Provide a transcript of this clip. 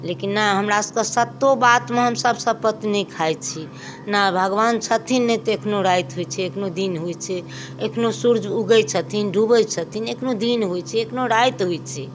लेकिन नहि हमरा सबके सत्तो बातमे हमसब शपत्त नहि खाय छी नहि भगबान छथिन नहि तै एखनो राति होइत छै एखनो दिन होइत छै एखनो सूर्य उगैत छथिन डूबैत छथिन एखनो दिन होइत छै एखनो राति होइत छै